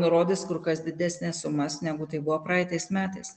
nurodys kur kas didesnes sumas negu tai buvo praeitais metais